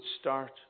start